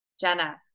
jenna